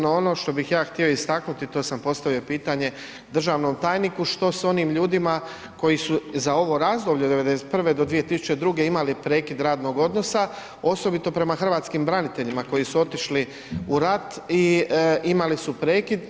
No, ono što bih ja htio istaknuti, to sam postavio pitanje državnom tajniku, što s onim ljudima koji su za ovo razdoblje od '91. do 2002. imali prekid radnog odnosa osobito prema Hrvatskim braniteljima koji su otišli u rat i imali su prekid.